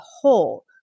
whole